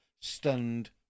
stunned